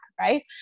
right